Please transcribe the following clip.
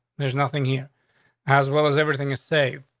there's nothing here as well as everything you say.